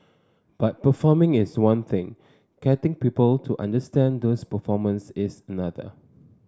but performing is one thing getting people to understand those performance is another